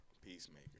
Peacemaker